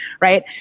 right